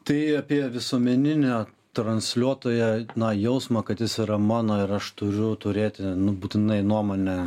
tai apie visuomeninį transliuotoją na jausmą kad jis yra mano ir aš turiu turėti būtinai nuomonę